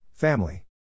Family